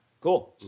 Cool